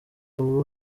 ubu